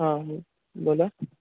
हा बोला